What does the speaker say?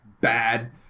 bad